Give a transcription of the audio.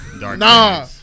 Nah